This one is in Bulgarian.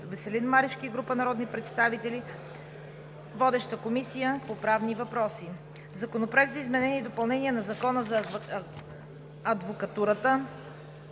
Веселин Марешки и група народни представители. Водеща е Комисията по правни въпроси. Законопроект за изменение и допълнение на Закона за адвокатурата.